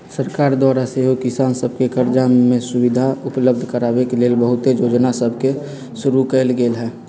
सरकार द्वारा सेहो किसान सभके करजा के सुभिधा उपलब्ध कराबे के लेल बहुते जोजना सभके शुरु कएल गेल हइ